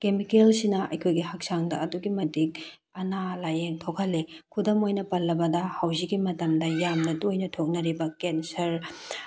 ꯀꯦꯃꯤꯀꯦꯜꯁꯤꯅ ꯑꯩꯈꯣꯏꯒꯤ ꯍꯛꯆꯥꯡꯗ ꯑꯗꯨꯛꯀꯤ ꯃꯇꯤꯛ ꯑꯅꯥ ꯂꯥꯏꯌꯦꯡ ꯊꯣꯛꯍꯟꯂꯤ ꯈꯨꯗꯝ ꯑꯣꯏꯅ ꯄꯜꯂꯕꯗ ꯍꯧꯖꯤꯛꯀꯤ ꯃꯇꯝꯗ ꯌꯥꯝꯅ ꯇꯣꯏꯅ ꯊꯣꯛꯅꯔꯤꯕ ꯀꯦꯟꯁꯔ